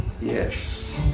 Yes